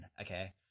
okay